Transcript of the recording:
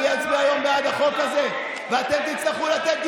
אני אצביע היום בעד החוק הזה, אתם לא ימין,